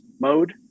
mode